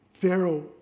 Pharaoh